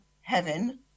heaven